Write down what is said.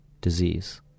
disease